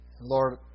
Lord